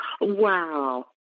Wow